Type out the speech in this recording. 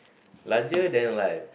larger than life